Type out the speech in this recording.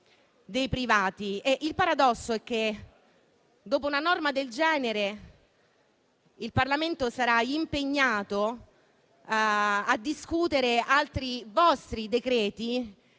dei privati. Il paradosso è che dopo una norma del genere il Parlamento sarà impegnato a discutere altri vostri decreti